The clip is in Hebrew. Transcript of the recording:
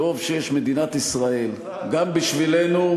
טוב שיש מדינת ישראל, גם בשבילנו,